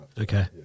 Okay